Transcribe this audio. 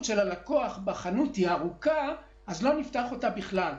של הלקוח היא ארוכה לא ייפתחו בכלל.